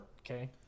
Okay